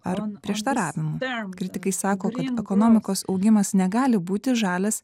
ar prieštaravimu kritikai sako kad ekonomikos augimas negali būti žalias